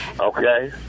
Okay